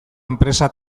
enpresa